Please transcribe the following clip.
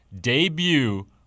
debut